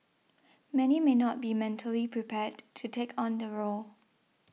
many may not be mentally prepared to take on the role